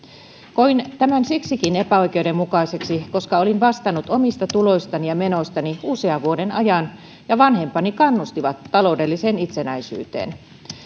koin tämän siksikin epäoikeudenmukaiseksi koska olin vastannut omista tuloistani ja menoistani usean vuoden ajan ja vanhempani kannustivat taloudelliseen itsenäisyyteen